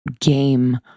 game